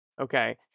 Okay